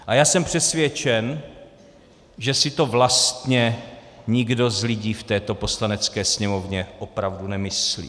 A já jsem přesvědčen, že si to vlastně nikdo z lidí v této Poslanecké sněmovně opravdu nemyslí.